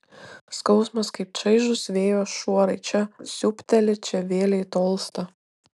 skausmas kaip čaižūs vėjo šuorai čia siūbteli čia vėlei tolsta